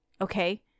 Okay